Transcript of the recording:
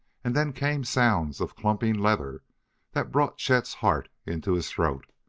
and then came sounds of clumping leather that brought chet's heart into his throat,